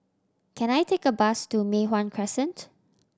can I take a bus to Mei Hwan Crescent